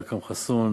אכרם חסון